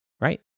Right